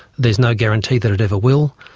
there's no guarantee that it ever will.